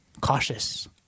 cautious